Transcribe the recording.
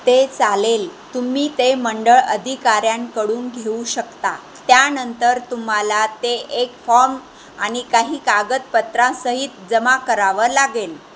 ते चालेल तुम्ही ते मंडळ अधिकाऱ्यांकडून घेऊ शकता त्यानंतर तुम्हाला ते एक फॉम आणि काही कागदपत्रांसहित जमा करावं लागेल